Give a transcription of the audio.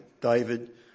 David